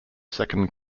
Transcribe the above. second